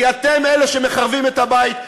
כי אתם אלה שמחרבים את הבית,